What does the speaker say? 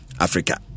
Africa